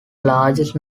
largest